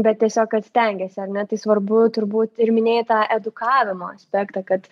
bet tiesiog stengiesi ar ne tai svarbu turbūt ir minėjai tą edukavimo aspektą kad